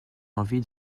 envie